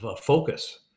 focus